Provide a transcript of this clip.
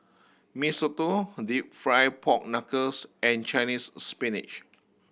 Mee Soto deep fried pork knuckles and Chinese Spinach